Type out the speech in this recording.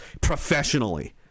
professionally